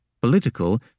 political